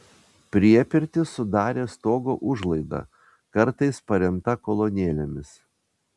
priepirtį sudarė stogo užlaida kartais paremta kolonėlėmis